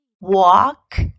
walk